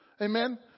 Amen